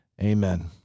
Amen